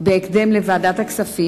בהקדם לוועדת הכספים.